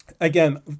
again